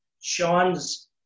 Sean's